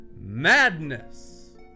madness